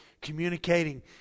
communicating